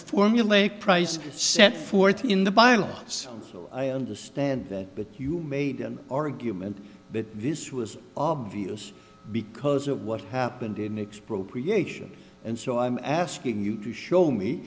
formulaic price set forth in the bible so i understand that but you made an argument that this was obvious because of what happened in expropriation and so i'm asking you to show me